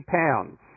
pounds